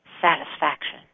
satisfaction